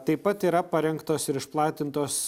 taip pat yra parengtos ir išplatintos